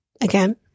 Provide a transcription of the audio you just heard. Again